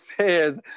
says